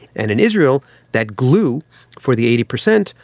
and in israel that glue for the eighty percent,